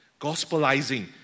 Gospelizing